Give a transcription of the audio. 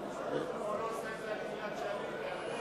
למה הוא לא עושה את זה לגלעד שליט?